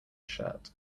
shirt